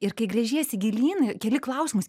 ir kai gręžiesi gilyn keli klausimus